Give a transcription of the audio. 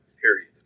period